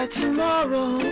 tomorrow